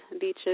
beaches